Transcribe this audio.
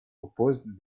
opposed